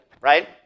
Right